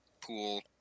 pool